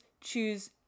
choose